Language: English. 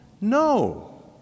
No